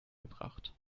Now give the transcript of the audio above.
gebracht